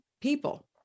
People